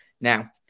Now